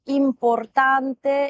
importante